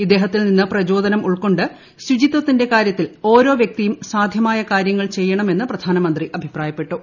ഇദ്ദേഹത്തിൽ നിന്ന് പ്രച്ചേദ്ദ്രനം ഉൾക്കൊണ്ട് ശുചിത്വത്തിന്റെ കാര്യത്തിൽ ഓരോ പ്രവൃക്തിയും സാധ്യമായ കാര്യങ്ങൾ ചെയ്യണമെന്ന് പ്രധാനമന്ത്രി് അഭിപ്രായപ്പെട്ടു